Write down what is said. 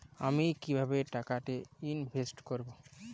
আমি কিভাবে টাকা ইনভেস্ট করব?